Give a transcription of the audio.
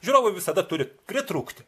žiūrovui visada turi pritrūkti